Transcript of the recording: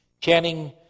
Channing